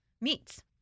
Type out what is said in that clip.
meats